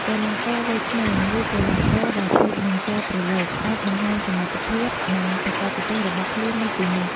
កីឡាករវ័យក្មេង ឬកីឡាករដែលទើបនឹងចូលប្រឡូក អាចបង្ហាញសមត្ថភាព និងបច្ចេកទេសរបស់ខ្លួននៅទីនោះ។